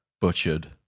butchered